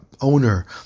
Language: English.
owner